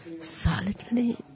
solidly